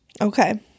Okay